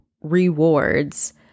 rewards